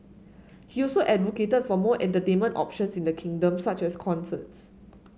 he also advocated for more entertainment options in the kingdom such as concerts